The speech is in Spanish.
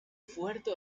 fuerte